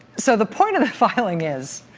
so the point of the filing is